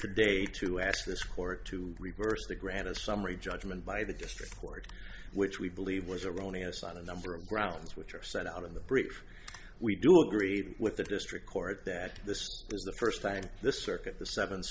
today to ask this court to reverse the grant of summary judgment by the district court which we believe was erroneous on a number of grounds which are set out in the brief we do agree with the district court that this is the first time this circuit the seven